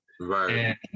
Right